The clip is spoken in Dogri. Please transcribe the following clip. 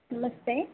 नमस्ते